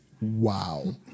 wow